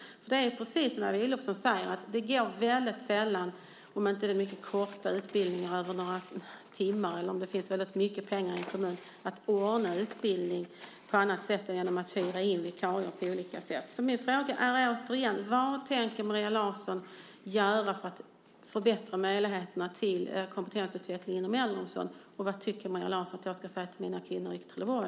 Det är precis som Eva Olofsson säger: Om det inte finns väldigt mycket pengar i en kommun går det väldigt sällan att ordna utbildningar på annat sätt än genom att hyra in vikarier eller att hålla mycket korta utbildningar över några timmar. Min fråga är återigen: Vad tänker Maria Larsson göra för att förbättra möjligheterna till kompetensutveckling inom äldreomsorgen, och vad tycker Maria Larsson att jag ska säga till kvinnorna i Trelleborg?